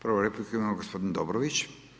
Prvu repliku ima gospodin Dobrović.